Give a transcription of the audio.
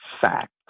facts